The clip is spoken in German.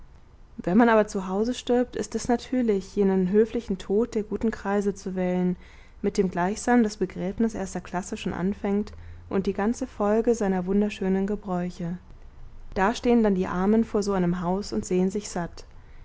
wenn man aber zu hause stirbt ist es natürlich jenen höflichen tod der guten kreise zu wählen mit dem gleichsam das begräbnis erster klasse schon anfängt und die ganze folge seiner wunderschönen gebräuche da stehen dann die armen vor so einem haus und sehen sich satt